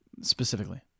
Specifically